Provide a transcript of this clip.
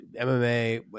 MMA